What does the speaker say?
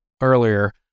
earlier